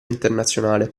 internazionale